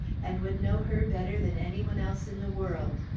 and would know her better than any one else in the world.